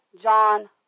John